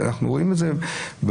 חוץ מזה,